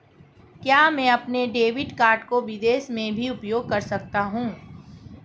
क्या मैं अपने डेबिट कार्ड को विदेश में भी उपयोग कर सकता हूं?